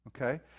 okay